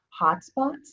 hotspots